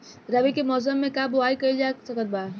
रवि के मौसम में का बोआई कईल जा सकत बा?